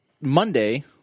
Monday